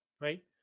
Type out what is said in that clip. right